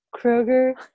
Kroger